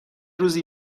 روزی